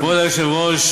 כבוד היושב-ראש,